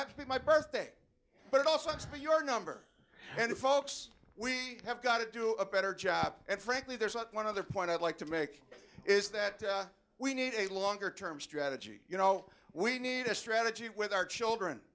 not my birthday but also it's your number and folks we have got to do a better job and frankly there's one other point i'd like to make is that we need a longer term strategy you know we need a strategy with our children